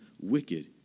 wicked